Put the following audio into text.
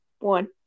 one